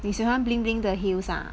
你喜欢 bling bling 的 heels ah